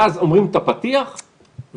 ואז אומרים את הפתיח ומכים.